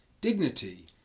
dignity